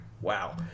Wow